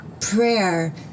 prayer